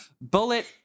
Bullet